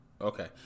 Okay